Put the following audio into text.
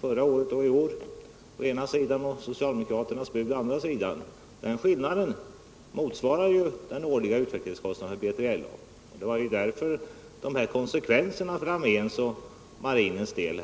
förra året och den som angivits i år — dvs. vårt bud å ena sidan och socialdemokraternas å andra sidan — motsvarar den årliga utvecklingskostnaden för BJLA. Därför nämnde jag de konsekvenser som uppstod för arméns och marinens del.